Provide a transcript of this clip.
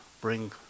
bring